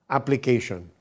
Application